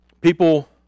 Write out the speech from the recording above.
People